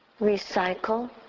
recycle